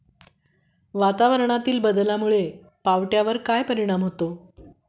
वातावरणाच्या बदलामुळे पावट्यावर काय परिणाम होतो?